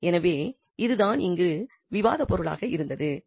எனவே இது தான் இங்கு விவாதப்பொருளாக இருந்தது